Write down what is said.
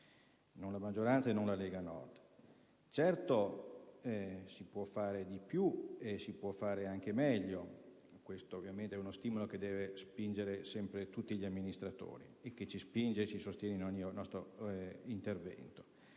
non la maggioranza e non la Lega Nord. Certo, si può fare di più e meglio. Questo ovviamente è uno stimolo che deve spingere sempre tutti gli amministratori e che ci spinge e ci sostiene in ogni nostro intervento.